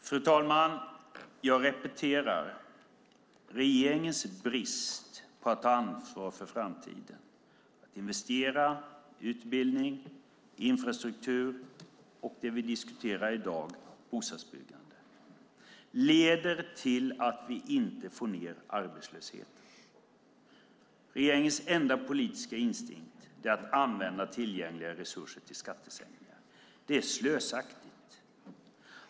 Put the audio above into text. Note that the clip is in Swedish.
Fru talman! Jag repeterar: Regeringens brist på att ta ansvar för framtiden och investera i utbildning, infrastruktur och bostadsbyggande, som är det vi diskuterar i dag, leder till att vi inte får ned arbetslösheten. Regeringens enda politiska instinkt är att använda tillgängliga resurser till skattesänkningar. Det är slösaktigt.